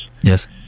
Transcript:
Yes